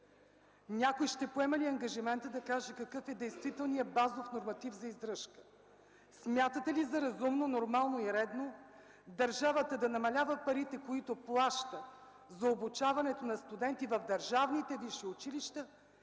Някой ще поеме ли ангажимента да каже какъв е действителният базов норматив за издръжка? Смятате ли за разумно, нормално и редно държавата да намалява парите, които плаща за обучаването на студенти в държавните висши училища,